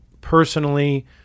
personally